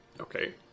Okay